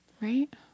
Right